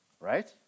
right